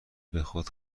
بخاد